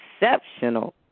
exceptional